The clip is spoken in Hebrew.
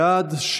בעד,